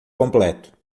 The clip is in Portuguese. completo